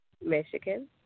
Michigan